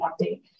update